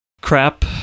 crap